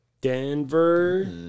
Denver